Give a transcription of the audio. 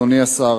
אדוני השר,